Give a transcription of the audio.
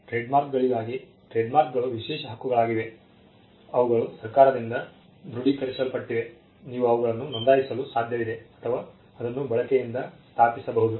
ಟ್ರೇಡ್ಮಾರ್ಕ್ಗಳಿಗಾಗಿ ಟ್ರೇಡ್ಮಾರ್ಕ್ಗಳು ವಿಶೇಷ ಹಕ್ಕುಗಳಾಗಿವೆ ಅವುಗಳು ಸರ್ಕಾರದಿಂದ ದೃಢೀಕರಿಸಲ್ಪಟ್ಟಿವೆ ನೀವು ಅವುಗಳನ್ನು ನೋಂದಾಯಿಸಲು ಸಾಧ್ಯವಿದೆ ಅಥವಾ ಅದನ್ನು ಬಳಕೆಯಿಂದ ಸ್ಥಾಪಿಸಬಹುದು